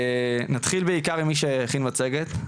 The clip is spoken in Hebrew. נתחיל בעיקר עם מי שהכינו מצגת.